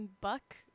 Buck